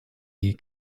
die